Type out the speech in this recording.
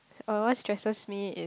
what stresses me is